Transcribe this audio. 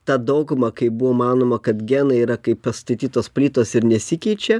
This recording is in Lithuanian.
ta dauguma kaip buvo manoma kad genai yra kaip pastatytos plytos ir nesikeičia